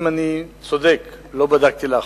אם אני צודק, ולא בדקתי לאחרונה,